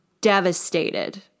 devastated